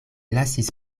lasis